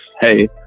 hey